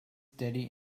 daddy